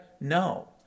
No